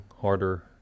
harder